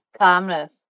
calmness